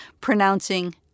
pronouncing